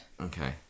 Okay